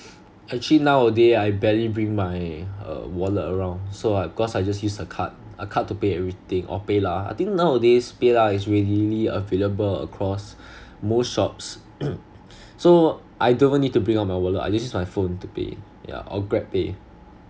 actually nowadays I barely bring my uh wallet around so I because I just use a card a card to pay everything or paylah I think now nowadays paylah is readily available across most shops so I don't even need to bring out my wallet I just use my phone to pay yeah or grabpay